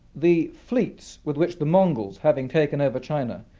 the fleets with which the mongols, having taken over china,